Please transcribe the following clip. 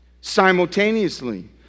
Simultaneously